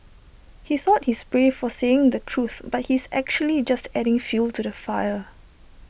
he thought he's brave for saying the truth but he's actually just adding fuel to the fire